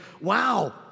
wow